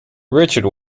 richard